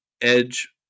edge